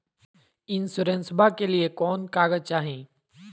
इंसोरेंसबा के लिए कौन कागज चाही?